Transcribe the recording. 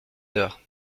dehors